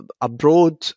Abroad